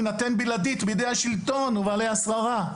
יינתן בלעדית על ידי השלטון ובעלי השררה.